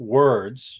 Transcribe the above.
words